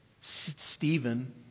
Stephen